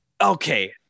okay